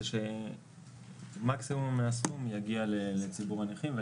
זה שמקסימום הסכום יגיע לציבור הנכים.